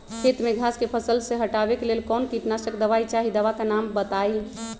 खेत में घास के फसल से हटावे के लेल कौन किटनाशक दवाई चाहि दवा का नाम बताआई?